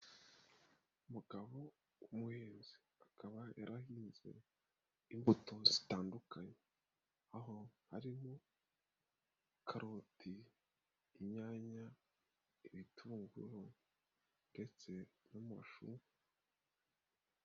Umugabo w'umuhinzi. Akaba yarahinze imbuto zitandukanye. Aho harimo karoti, inyanya, ibitunguru ndetse n'amashu.